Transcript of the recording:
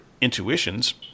intuitions